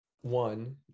one